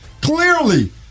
Clearly